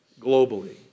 globally